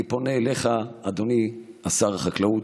אני פונה אליך, אדוני שר החקלאות,